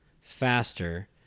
faster